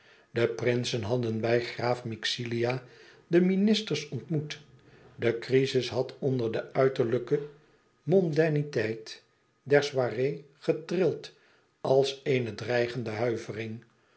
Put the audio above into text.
de prinsen hadden bij graaf myxila de ministers ontmoet de crizis had onder de uiterlijke mondainiteit der soirée getrild als een dreigende huivering